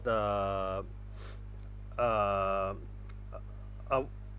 the uh uh